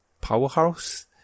powerhouse